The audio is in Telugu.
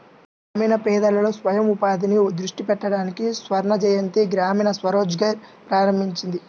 గ్రామీణ పేదలలో స్వయం ఉపాధిని దృష్టి పెట్టడానికి స్వర్ణజయంతి గ్రామీణ స్వరోజ్గార్ ప్రారంభించింది